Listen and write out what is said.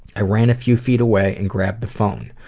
i ran a few feet away and grabbed the phone.